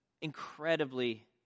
incredibly